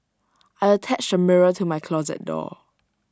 I attached A mirror to my closet door